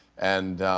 and